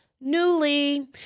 Newly